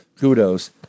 kudos